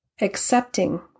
accepting